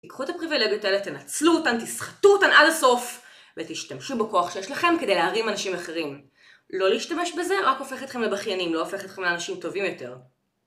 תיקחו את הפריבלגיות האלה, תנצלו אותן, תסחטו אותן עד הסוף ותשתמשו בכוח שיש לכם כדי להרים אנשים אחרים. לא להשתמש בזה רק הופך אתכם לבכיינים, לא הופך אתכם לאנשים טובים יותר.